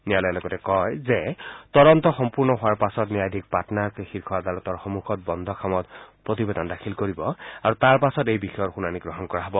ন্যায়ালয়ে লগতে কয় যে তদন্ত সম্পূৰ্ণ হোৱাৰ পাছত ন্যায়াধীশ পাটনায়কে শীৰ্ষ আদালতৰ সন্মুখত বন্ধ খামত প্ৰতিবেদন দাখিল কৰিব আৰু তাৰপাছত এই বিষয়ৰ শুনানি গ্ৰহণ কৰা হ'ব